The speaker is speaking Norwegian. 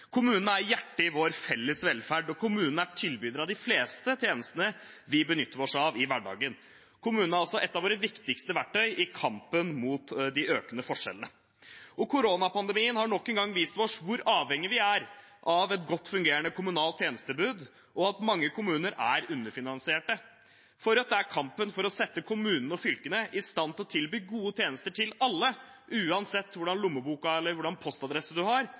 kommunene og fylkene våre. Kommunene er hjertet i vår felles velferd, og kommunene er tilbydere av de fleste tjenestene vi benytter oss av i hverdagen. Kommunene er også et av våre viktigste verktøy i kampen mot de økende forskjellene. Koronapandemien har nok en gang vist oss hvor avhengige vi er av et godt fungerende kommunalt tjenestetilbud, og at mange kommuner er underfinansiert. For Rødt er kampen for å sette kommunene og fylkene i stand til å tilby gode tjenester til alle, uansett hvordan